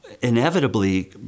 inevitably